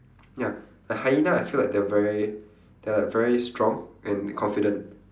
ya the hyena I feel like they're very they're very strong and confident